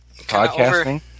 podcasting